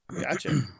Gotcha